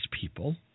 people